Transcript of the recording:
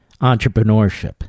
Entrepreneurship